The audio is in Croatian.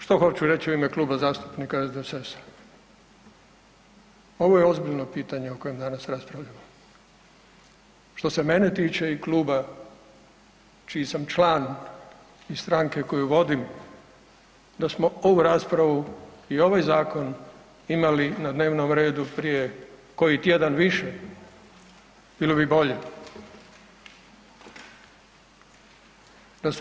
Što hoću reći u ime Kluba zastupnika SDSS-a, ovo je ozbiljno pitanje o kojem danas raspravljamo, što se mene tiče i kluba čiji sam član i stranke koju vodim, da smo ovu raspravu i ovaj zakon imali na dnevnom redu prije koji tjedan više bilo bi bolje.